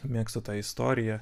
mėgstu tą istoriją